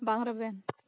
ᱵᱟᱝ ᱨᱮᱵᱮᱱ